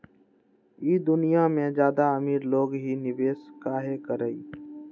ई दुनिया में ज्यादा अमीर लोग ही निवेस काहे करई?